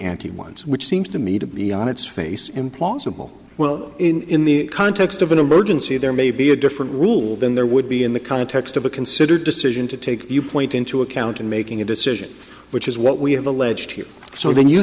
anti ones which seems to me to be on its face implausible well in the context of an emergency there may be a different rule than there would be in the context of a considered decision to take you point into account in making a decision which is what we have alleged here so then you